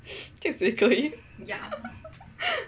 这样子也可以